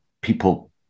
people